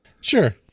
Sure